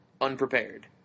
unprepared